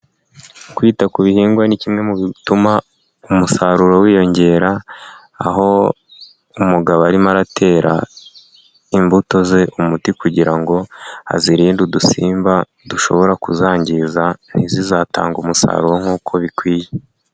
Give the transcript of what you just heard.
Kwita ku bihingwa ni kimwe mu bituma umusaruro wiyongera. Aho umugabo arimo aratera imbuto ze umuti kugira ngo azirinde udusimba dushobora kuzangiza, ntizizatangage umusaruro nk'uko bikwiye.